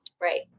Right